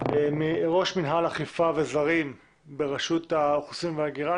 מראש מינהל אכיפה וזרים בראשות האוכלוסין וההגירה.